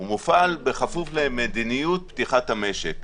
זה יופעל בכפוף למדיניות פתיחת המשק.